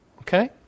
okay